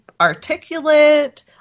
articulate